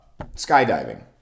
Skydiving